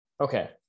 okay